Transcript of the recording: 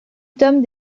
tome